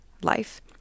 life